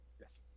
Yes